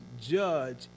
judge